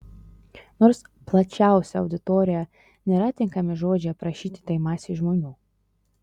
nors plačiausia auditorija nėra tinkami žodžiai aprašyti tai masei žmonių